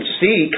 see